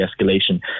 escalation